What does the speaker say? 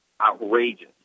outrageous